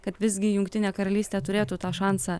kad visgi jungtinė karalystė turėtų tą šansą